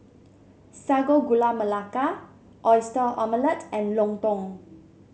Sago Gula Melaka Oyster Omelette and lontong